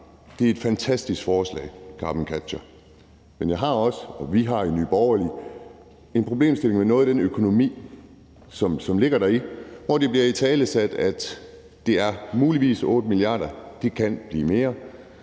er et fantastisk forslag, men jeg ser også og vi ser i Nye Borgerlige en problemstilling med noget af den økonomi, som ligger deri, hvor det bliver italesat, at det muligvis er 8 mia. kr., men det kan blive mere.